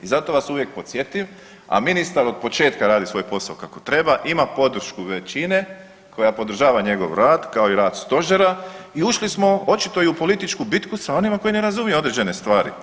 I zato vas uvijek podsjetim, a ministar od početka radi svoj posao kako treba, ima podršku većine koja podržava njegov rad kao i rad stožera i ušli smo očito i u političku bitku sa onima koji ne razumiju određene stvari.